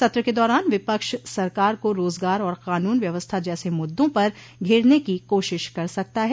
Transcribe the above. सत्र के दौरान विपक्ष सरकार को रोजगार और कानून व्यवस्था जैसे मुद्दों पर घेरने की कोशिश कर सकता है